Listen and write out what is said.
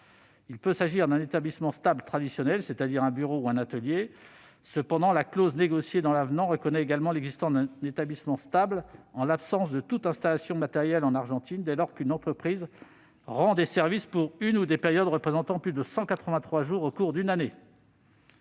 Il peut s'agir d'un établissement stable traditionnel, c'est-à-dire d'un bureau ou d'un atelier. Cependant, la clause négociée dans l'avenant reconnaît également l'existence d'un établissement stable en l'absence de toute installation matérielle en Argentine, dès lors qu'une entreprise rend des services pour une période cumulée représentant plus de 183 jours au cours d'une année.